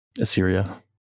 Assyria